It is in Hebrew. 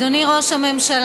אדוני ראש הממשלה,